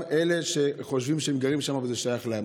אלה שחושבים שהם גרים שם ושזה שייך להם.